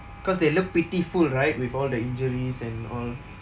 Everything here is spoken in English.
cause they look pitiful right with all the injuries and all